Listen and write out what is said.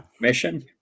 Mission